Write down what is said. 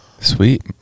Sweet